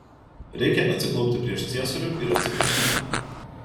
reikia atsiklaupti prieš ciesorių ir atsiprašyti